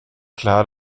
klar